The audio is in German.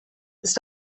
ist